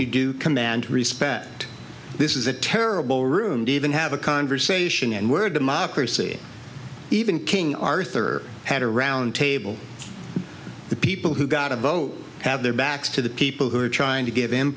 you do command respect this is a terrible room didn't have a conversation and word democracy even king arthur had a round table the people who got to vote have their backs to the people who are trying to give